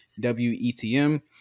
WETM